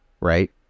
right